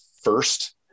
first